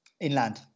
Inland